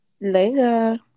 later